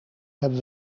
hebben